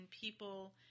people